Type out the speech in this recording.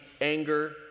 anger